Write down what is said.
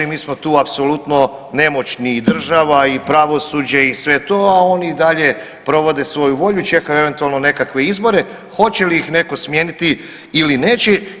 I mi smo tu apsolutno nemoćni i država i pravosuđe i sve to, a oni i dalje provode svoju volju čekaju eventualno nekakve izbore hoće li ih netko smijeniti ili neće.